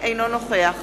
אינו נוכח